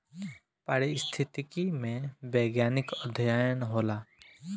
पारिस्थितिकी में वैज्ञानिक अध्ययन होला